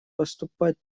поступать